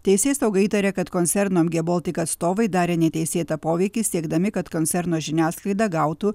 teisėsauga įtaria kad koncerno mg baltic atstovai darė neteisėtą poveikį siekdami kad koncerno žiniasklaida gautų